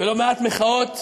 ולא מעט מחאות,